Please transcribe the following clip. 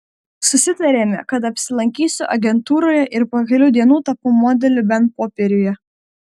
susitarėme kad apsilankysiu agentūroje ir po kelių dienų tapau modeliu bent popieriuje